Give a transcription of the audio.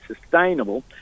sustainable